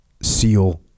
Seal